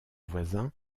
voisins